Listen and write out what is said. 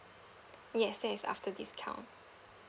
yes that is after discount